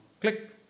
click